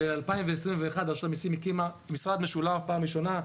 ב-2021 רשות המיסים הקימה משרד משולב פעם ראשונה,